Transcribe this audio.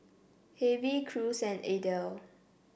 Hervey Cruz and Adel